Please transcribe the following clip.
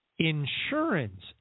insurance